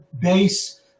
base